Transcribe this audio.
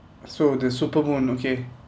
so the super moon okay